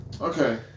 Okay